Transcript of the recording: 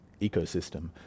ecosystem